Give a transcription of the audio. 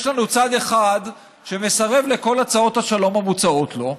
יש לנו צד אחד שמסרב לכל הצעות השלום המוצעות לו,